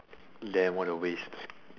damn what a waste